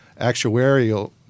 actuarial